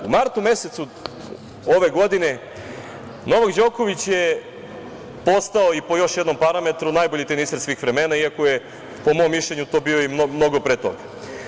U martu mesecu ove godine, Novak Đoković je postao i po još jednom parametru najbolji teniser svih vremena, iako je po mom mišljenju to bio mnogo pre toga.